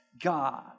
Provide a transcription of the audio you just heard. God